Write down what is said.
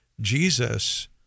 Jesus